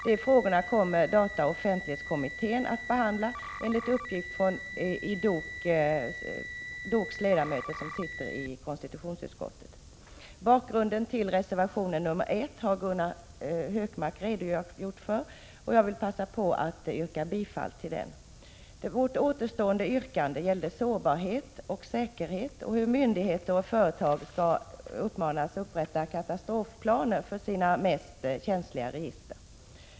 De frågorna kommer dataoch offentlighetskommittén att behandla enligt uppgift från de av DOK:s ledamöter som sitter i konstitutionsutskottet. Bakgrunden till reservation nr 1 har Gunnar Hökmark redogjort för. Jag vill passa på att yrka bifall till den. Vårt återstående yrkande gäller sårbarhet och säkerhet och hur myndigheter och företag skall uppmanas upprätta katastrofplaner för sina mest känsliga register.